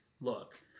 look